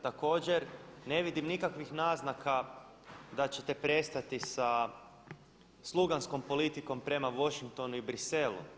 Također ne vidim nikakvih naznaka da ćete prestati sa sluganskom politikom prema Washingtonu i Bruxellesu.